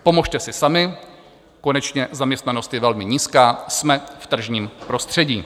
Pomozte si sami, konečně zaměstnanost je velmi nízká, jsme v tržním prostředí.